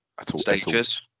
stages